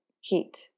heat